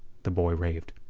the boy raved.